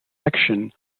section